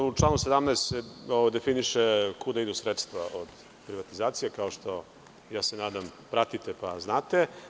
U članu 17. se definiše kuda idu sredstva od privatizacije, kao što pratite, nadam se, pa znate.